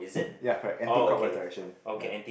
ya correct anti clockwise direction ya